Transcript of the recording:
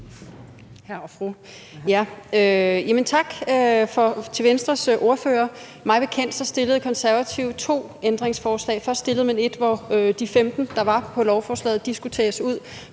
Tak til Venstres ordfører. Mig bekendt stillede De Konservative to ændringsforslag. Først stillede man et, hvor de 15, der var på lovforslaget, skulle tages ud,